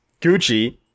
Gucci